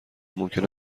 ممکن